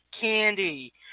candy